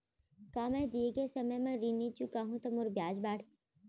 का मैं दे गए समय म ऋण नई चुकाहूँ त मोर ब्याज बाड़ही?